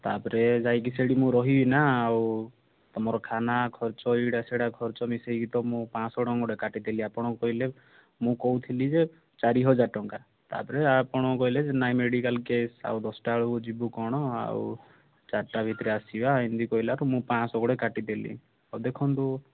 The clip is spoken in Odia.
ତା'ପରେ ଯାଇକି ସେଇଠି ମୁଁ ରହିବି ନା ଆଉ ମୋର ଖାନା ଖର୍ଚ୍ଚ ଏଇଟା ସେଇଟା ଖର୍ଚ୍ଚ ମିଶେଇକି ତ ମୁଁ ପାଞ୍ଚଶହ ଟଙ୍କାଟେ କାଟିଦେଲି ଆପଣ କହିଲେ ମୁଁ କହୁଥିଲି ଯେ ଚାରି ହଜାର ଟଙ୍କା ତା'ପରେ ଆପଣ କହିଲେ ଯେ ନାଇଁ ମେଡିକାଲ୍ କେସ୍ ଆଉ ଦଶଟା ବେଳକୁ ଯିବୁ କ'ଣ ଆଉ ଚାରଟା ଭିତରେ ଆସିବା ଏମିତି କହିଲାରୁ ମୁଁ ପାଞ୍ଚଶହ ଗୋଟେ କାଟିଦେଲି ଆଉ ଦେଖନ୍ତୁ